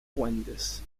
fuentes